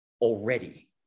already